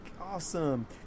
awesome